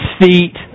feet